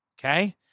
okay